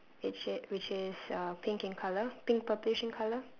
which is which is uh pink in colour pink purplish in colour